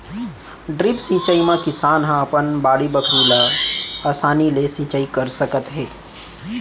drip सिंचई म किसान ह अपन बाड़ी बखरी ल असानी ले सिंचई कर सकत हे